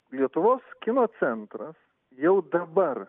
lietuvos kino centras jau dabar